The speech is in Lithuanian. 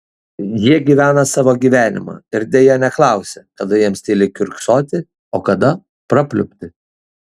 jie gyvena savo gyvenimą ir deja neklausia kada jiems tyliai kiurksoti o kada prapliupti